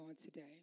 today